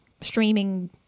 streaming